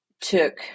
took